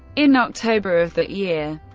in october of that year,